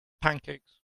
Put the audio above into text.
pancakes